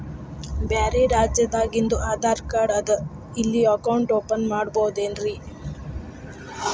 ಬ್ಯಾರೆ ರಾಜ್ಯಾದಾಗಿಂದು ಆಧಾರ್ ಕಾರ್ಡ್ ಅದಾ ಇಲ್ಲಿ ಅಕೌಂಟ್ ಓಪನ್ ಮಾಡಬೋದೇನ್ರಿ?